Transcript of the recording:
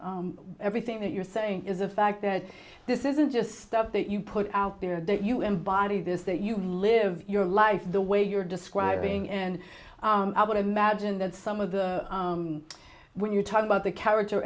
everything that you're saying is the fact that this isn't just stuff that you put out there that you embody this that you live your life the way you're describing and i would imagine that some of the when you talk about the character